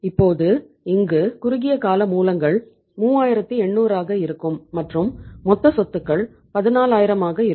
இப்போது இங்கு குறுகிய கால மூலங்கள் 3800 ஆகா இருக்கும் மற்றும் மொத்த சொத்துக்கள் 14000 ஆகா இருக்கும்